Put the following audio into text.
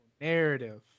narrative